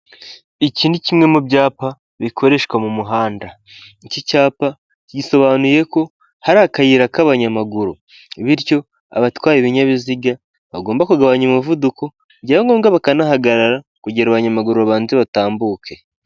Iki ni kimwe mu byapa bikoreshwa mu muhanda, iki cyapa gisobanuye ko hari akayira k'abanyamaguru bityo abatwaye ibinyabiziga bagomba kugabanya umuvuduko byaba ngombwa bakanahagarara kugira abanyamaguru babanze batambuke.